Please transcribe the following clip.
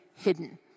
hidden